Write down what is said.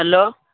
hello